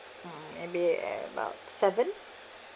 maybe about seven